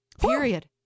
Period